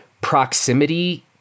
proximity